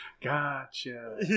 Gotcha